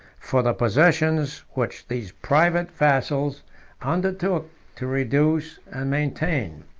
for the possessions which these private vassals undertook to reduce and maintain.